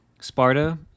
Sparta